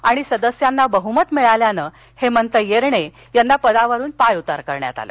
त्यामध्ये सदस्यांना बहुमत मिळाल्यानं हेमंत येरणे याना पदावरून पाय उतार करण्यात आलं